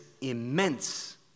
immense